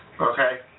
Okay